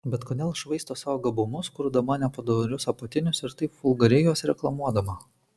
bet kodėl švaisto savo gabumus kurdama nepadorius apatinius ir taip vulgariai juos reklamuodama